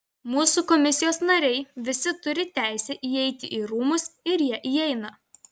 mūsų komisijos nariai visi turi teisę įeiti į rūmus ir jie įeina